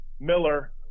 Miller